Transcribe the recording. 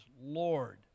Lord